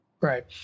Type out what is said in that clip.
Right